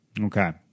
Okay